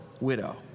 widow